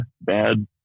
bad